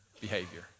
behavior